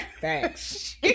Thanks